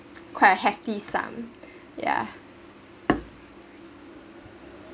quite a hefty sum yeah